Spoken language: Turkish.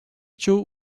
çoğu